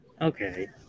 Okay